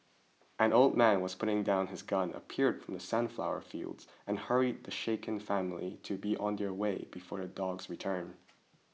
an old man was putting down his gun appeared from the sunflower fields and hurried the shaken family to be on their way before the dogs return